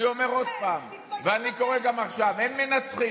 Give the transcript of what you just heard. אני אומר עוד פעם ואני קורא גם עכשיו: אין מנצחים.